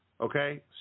Okay